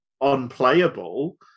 unplayable